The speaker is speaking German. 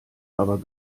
aber